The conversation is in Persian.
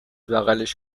بغلش